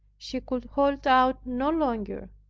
she could hold out no longer.